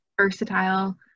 versatile